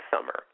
summer